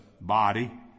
body